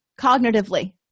cognitively